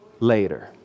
later